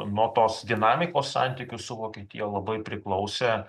nuo tos dinamikos santykių su vokietija labai priklausė